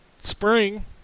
spring